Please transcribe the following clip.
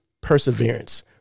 Perseverance